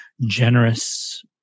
generous